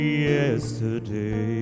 yesterday